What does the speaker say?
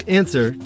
answer